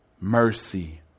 mercy